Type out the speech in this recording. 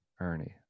Ernie